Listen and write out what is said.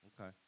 Okay